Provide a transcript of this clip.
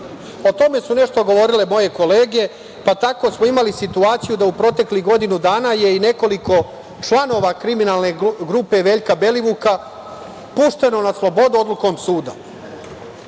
O tome su nešto govorile moje kolege, pa smo tako imali situaciju da u proteklih godinu dana je i nekoliko članova kriminalne grupe Veljka Belivuka pušteno na slobodu odlukom suda.